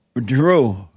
Drew